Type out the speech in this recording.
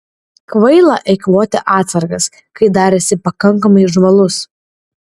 kvaila eikvoti atsargas kai dar esi pakankamai žvalus